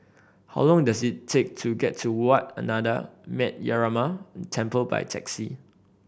how long does it take to get to Wat Ananda Metyarama Temple by taxi